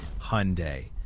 Hyundai